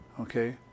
Okay